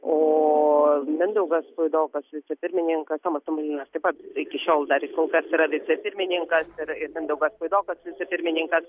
o mindaugas puidokas vicepirmininkas tomas tomilinas taip pat iki šiol dar kol kas yra vicepirmininkas ir mindaugas puidokas vicepirmininkas